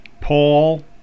Paul